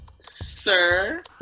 sir